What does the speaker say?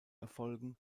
erfolgen